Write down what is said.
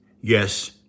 yes